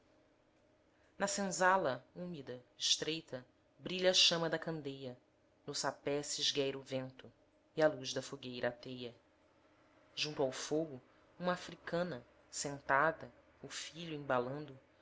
na senzala úmida estreita brilha a chama da candeia no sapé se esgueira o vento e a luz da fogueira ateia junto ao fogo uma africana sentada o filho embalando